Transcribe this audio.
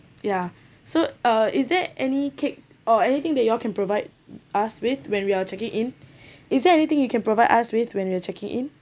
yeah so uh is there any cake or anything that you all can provide us with when we are checking in is there anything you can provide us with when we are checking in